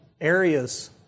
areas